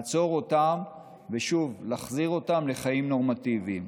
לעצור אותם ושוב להחזיר אותם לחיים נורמטיביים.